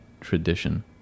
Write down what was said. tradition